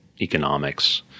economics